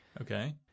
Okay